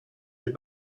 your